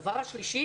הנושא השלישי